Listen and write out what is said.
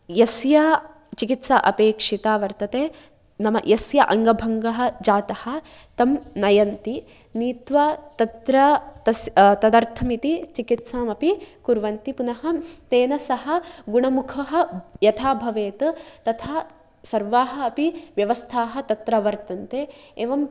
यस्य चिकित्सा अपेक्षिता वर्तते नाम यस्य अङ्गभङ्गः जातः तं नयन्ति नीत्वा तत्र तस्य तदर्थमिति चिकित्सामपि कुर्वन्ति पुनः तेन सह गुणमुखः यथा भवेत् तथा सर्वाः अपि व्यवस्थाः तत्र वर्तन्ते एवं